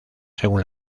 según